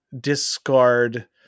discard